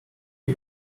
you